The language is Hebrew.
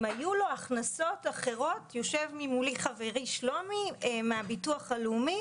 אם היו לו הכנסות אחרות יושב מולי חברי שלומי מור מן הביטוח הלאומי